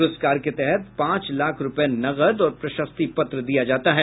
पुरस्कार के तहत पांच लाख रूपये नकद और प्रशस्ति पत्र दिया जाता है